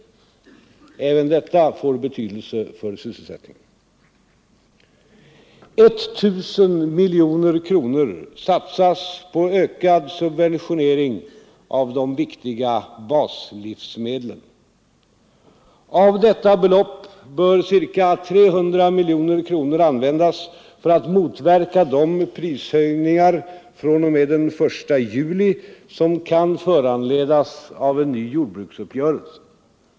Även detta får betydelse för sysselsättningen. 1000 miljoner kronor satsas på ökad subventionering av de viktiga baslivsmedlen. Av detta belopp bör ca 300 miljoner kronor användas för att motverka de prishöjningar fr.o.m. den 1 juli som kan föranledas av en ny jordbruksuppgörelse.